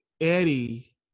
Eddie